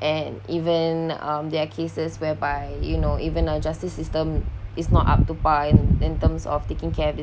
and even um their cases whereby you know even our justice system is not up to par in in terms of taking care these